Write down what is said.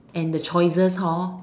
and the choices